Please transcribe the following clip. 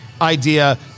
idea